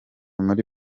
muri